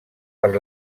per